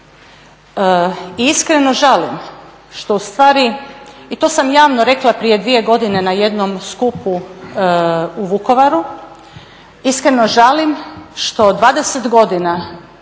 Iskreno žalim što ustvari, i to sam javno rekla prije dvije godine na jednom skupu u Vukovaru, iskreno žalim što 20 godina